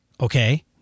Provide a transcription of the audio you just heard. Okay